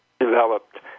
developed